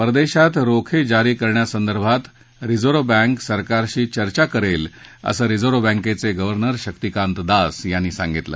परदेशात रोखे जारी करण्यासंदर्भात रिझर्व्ह बँक सरकारशी चर्चा करेल असं रिझर्व्ह बँकेचे गव्हर्नर शक्तिकांत दास यांनी सांगितलं